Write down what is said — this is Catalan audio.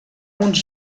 uns